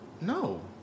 No